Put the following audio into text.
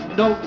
no